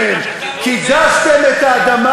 לדבר הזה אי-אפשר לתת יד,